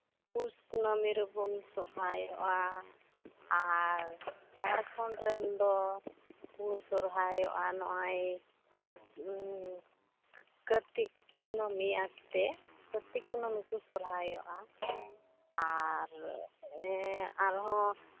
ᱯᱩᱥ ᱠᱩᱱᱟᱹᱢᱤ ᱨᱮᱵᱚᱱ ᱥᱚᱨᱦᱟᱭᱚᱜᱼᱟ ᱟᱨ ᱡᱷᱟᱲᱠᱷᱚᱸᱰ ᱨᱮᱱ ᱫᱚ ᱩᱱᱠᱩ ᱠᱚ ᱥᱚᱦᱚᱨᱟᱭᱚᱜᱼᱟ ᱱᱚᱜᱼᱚᱭ ᱠᱟᱹᱨᱛᱤᱠ ᱠᱩᱱᱟᱹᱢᱤ ᱟᱛᱮ ᱠᱟᱹᱨᱛᱤᱠ ᱠᱩᱱᱟᱹᱢᱤ ᱠᱚ ᱥᱚᱨᱦᱟᱭᱚᱜᱼᱟ ᱟᱨ ᱟᱨᱦᱚᱸ